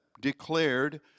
declared